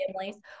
families